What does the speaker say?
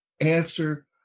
answer